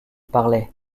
parlait